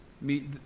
meet